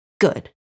Good